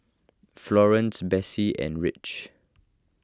Florance Besse and Rich